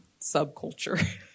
subculture